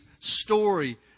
story